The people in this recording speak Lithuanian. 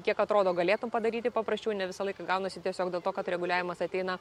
kiek atrodo galėtum padaryti paprasčiau ne visą laiką gaunasi tiesiog dėl to kad reguliavimas ateina